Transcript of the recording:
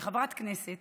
כחברת כנסת